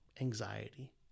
anxiety